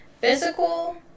physical